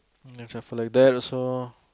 can shuffle like that also